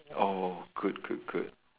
oh good good good